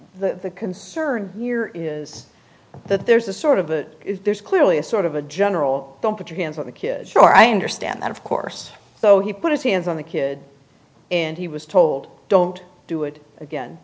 the concern here is that there's a sort of a there's clearly a sort of a general don't put your hands on the kids or i understand that of course so he put his hands on the kid and he was told don't do it again